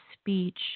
speech